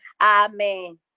Amen